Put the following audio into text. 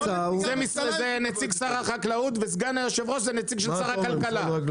נציג שר החקלאות וסגן היושב-ראש זה נציג של שר הכלכלה.